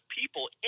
people